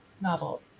novel